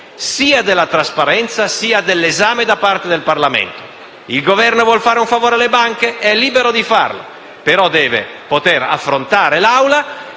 sia della trasparenza che dell'esame da parte del Parlamento. Il Governo vuole fare un favore alle banche? È libero di farlo, però deve poter affrontare